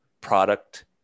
product